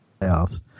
playoffs